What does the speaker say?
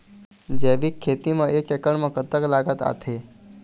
जैविक खेती म एक एकड़ म कतक लागत आथे?